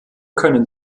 können